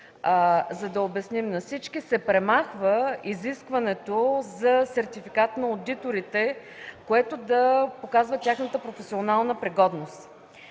за да обясним на всички, се премахва изискването за сертификат на одиторите, който да показва тяхната професионална пригодност.